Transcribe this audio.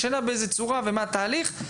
השאלה באיזו צורה ומה התהליך.